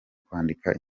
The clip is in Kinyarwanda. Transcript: kwandika